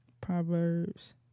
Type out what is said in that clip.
Proverbs